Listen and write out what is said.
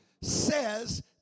says